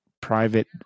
private